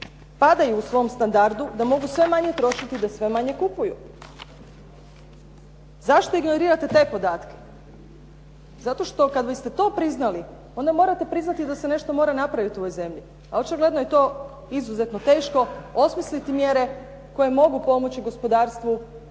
padaju u svom standardu, da mogu sve manje trošiti, da sve manje kupuju. Zašto ignorirate te podatke? Zato što kad biste to priznali, onda morate priznati da se nešto mora napraviti u ovoj zemlji, a očigledno je to izuzetno teško, osmisliti mjere koje mogu pomoći gospodarstvu,